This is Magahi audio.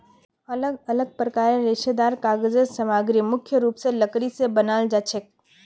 अलग अलग प्रकारेर रेशेदार कागज़ेर सामग्री मुख्य रूप स लकड़ी स बनाल जाछेक